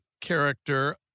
character